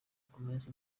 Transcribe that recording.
gomez